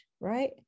right